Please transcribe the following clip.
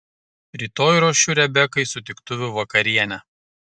rytoj ruošiu rebekai sutiktuvių vakarienę